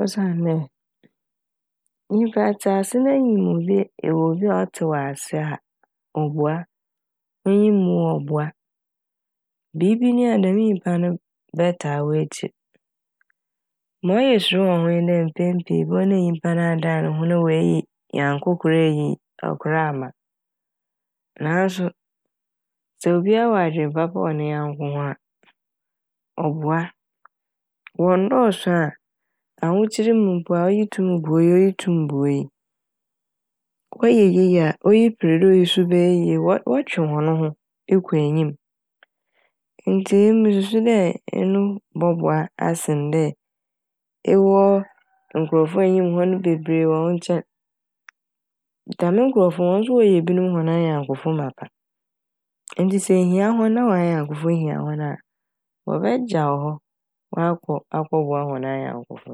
Osiandɛ nyimpa ɛtse ase na enyim obi a - ewɔ obi a ɔtse w'ase ɔboa onyim wo a ɔboa. Biibi nyi a dɛm nyimpa no bɛtaa w'ekyir. Ma ɔyɛ suro wɔ ho nye dɛ mpɛn pii bohu dɛ nyimpa no adan ne ho na oeyi nyanko kor eyi kor ama naaso sɛ obia wɔ adwen papa wɔ ne nyanko ho a ɔboa. Wɔnndɔɔso a ahokyer mu mpo a oyi tum boa oyi. Wɔyɛ yie a oyi per dɛ oyi so bɛyɛ yie wɔtwe hɔn ho ekɔ enyim ntsi emi mususu dɛ eno bɔboa asen dɛ ewɔ nkorɔfo a inyim hɔn bebree wɔ wo nkyɛn. Dɛm nkorɔfo no hɔn so wɔyɛ binom hɔn anyankofo mapa ntsi sɛ ehia hɔn na w'anyankofo hia hɔn a wɔbɛgya wo hɔ akɔ akɔboa hɔn anyankofo no.